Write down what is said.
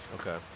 Okay